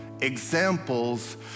examples